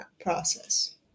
process